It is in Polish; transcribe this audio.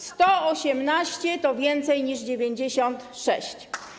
118 to więcej niż 96.